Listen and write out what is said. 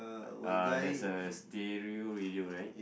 uh there's a stereo radio right